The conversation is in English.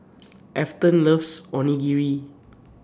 Afton loves Onigiri